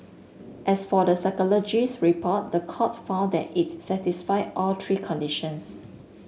as for the psychologist's report the court found that it satisfied all three conditions